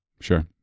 Sure